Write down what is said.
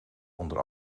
onder